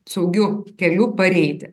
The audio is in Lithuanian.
saugiu keliu pareiti